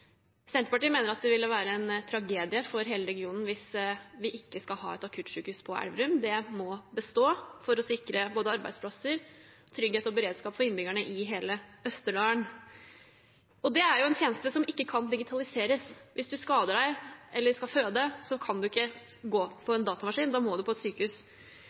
Senterpartiet mener det ville være en tragedie for hele regionen hvis vi ikke skal ha et akuttsykehus på Elverum. Det må bestå for å sikre både arbeidsplasser og trygghet og beredskap for innbyggerne i hele Østerdalen. Det er en tjeneste som ikke kan digitaliseres. Hvis man skader seg eller skal føde, kan man ikke gå på en datamaskin – da må man på sykehus.